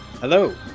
Hello